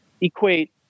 equate